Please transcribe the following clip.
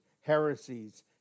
heresies